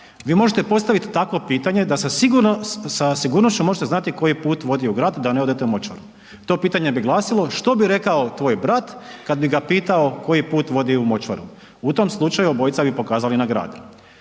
Vi možete postavit takvo pitanje da sa sigurnošću možete znati koji put vodi u grad da ne odete u močvaru, to pitanje bi glasilo što bi rekao tvoj brat kad bi ga pitao koji put vodi u močvaru, u tom slučaju obojica bi pokazali na grad.